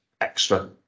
extra